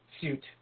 suit